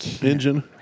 engine